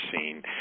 seen